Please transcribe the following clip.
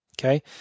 okay